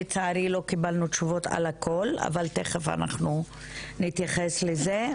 לצערי לא קיבלנו תשובות על הכל אבל תיכף אנחנו נתייחס לזה.